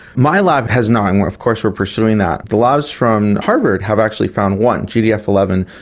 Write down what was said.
my lab has not and of course we are pursuing that. the labs from harvard have actually found one, g d f ah one and